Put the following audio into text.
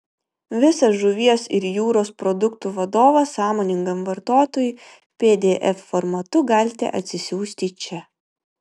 visą žuvies ir jūros produktų vadovą sąmoningam vartotojui pdf formatu galite atsisiųsti čia